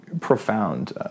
profound